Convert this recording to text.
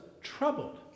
troubled